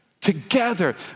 together